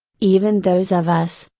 even those of us,